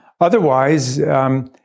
Otherwise